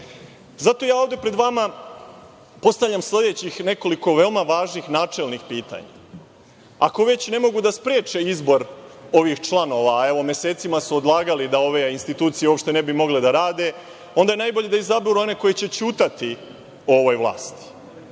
ja ovde pred vama postavljam sledećih nekoliko veoma važnih načelnih pitanja. Ako već ne mogu da spreče izbor ovih članova, a evo mesecima su odlagali da ove institucije uopšte ne bi mogle da rade, onda je najbolje da izaberu one koji će ćutati o ovoj vlasti.